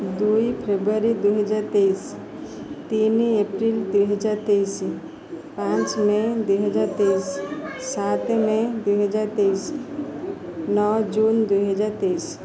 ଦୁଇ ଫେବୃଆରୀ ଦୁଇହଜାର ତେଇଶି ତିନି ଏପ୍ରିଲ ଦୁଇହଜାର ତେଇଶି ପାଞ୍ଚ ମେ ଦୁଇହଜାର ତେଇଶି ସାତେ ମେ ଦୁଇହଜାର ତେଇଶି ନଅ ଜୁନ ଦୁଇହଜାର ତେଇଶି